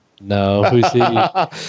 No